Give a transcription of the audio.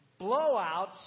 blowouts